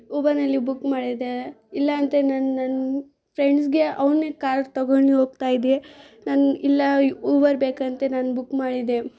ಉಬರ್ನಲ್ಲಿ book ಮಾಡಿದೆ ಇಲ್ಲಾಂತೆ ನನ್ನ ನನ್ನ ಫ್ರೆಂಡ್ಸ್ಗೆ ಅವನೇ ಕಾರ್ ತೊಗೊಂಡು ಹೋಗ್ತಾ ಇದ್ದೆ ನಾನು ಇಲ್ಲ ಉಬರ್ ಬೇಕಂತ ನಾನು ಬುಕ್ ಮಾಡಿದೆ